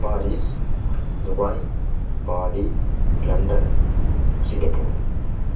Paris Dubai பாடி London Singapore